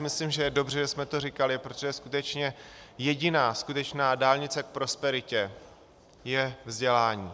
Myslím si, že je dobře, že jsme to říkali, protože skutečně jediná skutečná dálnice k prosperitě je vzdělání.